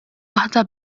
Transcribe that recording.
waħda